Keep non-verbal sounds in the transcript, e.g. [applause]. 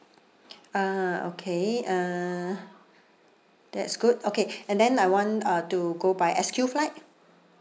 uh okay uh that's good okay [breath] and then I want uh to go by S_Q flight